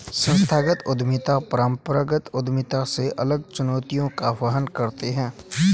संस्थागत उद्यमिता परंपरागत उद्यमिता से अलग चुनौतियों का वहन करती है